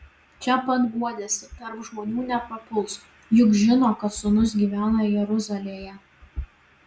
čia pat guodėsi tarp žmonių neprapuls juk žino kad sūnus gyvena jeruzalėje